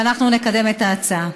ואנחנו נקדם את ההצעה.